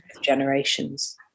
generations